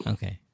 Okay